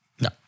No